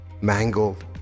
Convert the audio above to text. mangled